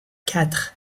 quatre